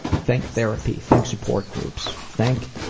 thank therapy. thank support groups. thank